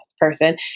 person